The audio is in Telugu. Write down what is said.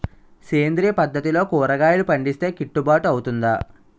సేంద్రీయ పద్దతిలో కూరగాయలు పండిస్తే కిట్టుబాటు అవుతుందా?